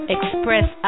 Express